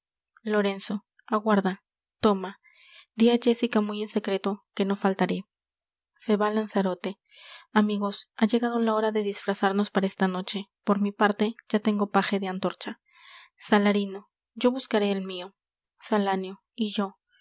lorenzo aguarda toma dí á jéssica muy en secreto que no faltaré se va lanzarote amigos ha llegado la hora de disfrazarnos para esta noche por mi parte ya tengo paje de antorcha salarino yo buscaré el mio salanio y yo